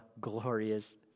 glorious